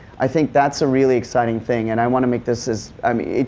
i think thatis a really exciting thing. and i wanna make this as, i mean